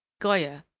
goya,